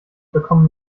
bekommen